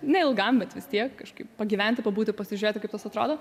neilgam bet vis tiek kažkaip pagyventi pabūti pasižiūrėti kaip tas atrodo